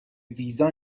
ویزا